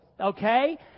Okay